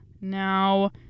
Now